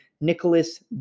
Nicholas